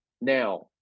Now